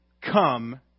come